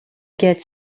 get